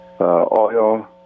oil